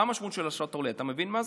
מה המשמעות של אשרת עולה, אתה מבין מה זה?